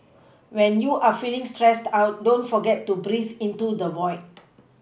when you are feeling stressed out don't forget to breathe into the void